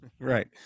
Right